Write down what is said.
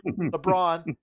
LeBron